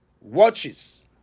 watches